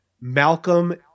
Malcolm